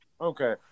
Okay